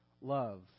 love